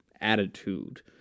attitude